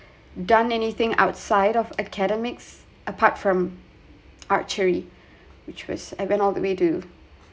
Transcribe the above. done anything outside of academics apart from archery which was I went all that we do